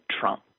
Trump